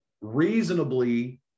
reasonably